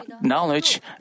knowledge